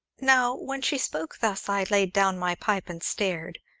now, when she spoke thus, i laid down my pipe and stared,